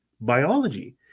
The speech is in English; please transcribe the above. biology